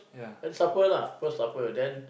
then supper lah go supper then